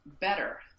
better